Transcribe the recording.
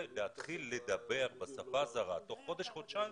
להתחיל לדבר בשפה זרה תוך חודש-חודשיים.